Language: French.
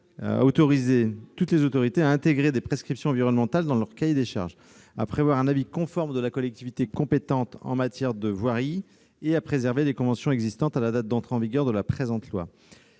à permettre à toutes les autorités d'intégrer des prescriptions environnementales dans leur cahier des charges, après avoir obtenu un avis conforme de la collectivité compétente en matière de voirie, et à préserver des conventions existantes à la date d'entrée en vigueur du présent